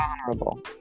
vulnerable